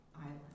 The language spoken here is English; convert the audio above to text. Island